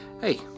Hey